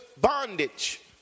bondage